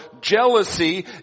jealousy